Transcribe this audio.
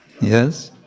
Yes